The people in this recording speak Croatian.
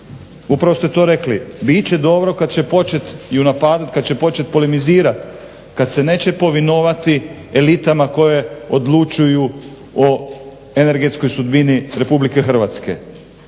upravo ste to rekli. Bit će dobro kad će počet ju napadat, kad će počet polemizirat, kad se neće povinovati elitama koje odlučuju o energetskoj sudbini Republike Hrvatske.